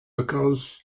because